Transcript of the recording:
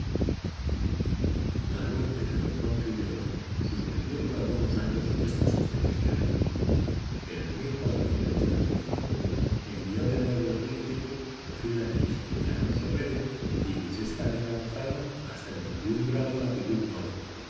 la muerte de don juan i suspendió por algunos años estas expediciones pero en envió de nuevo el príncipe a gil añés y alonso pérez quienes esta vez avanzaron hasta el o latitud norte